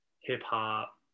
hip-hop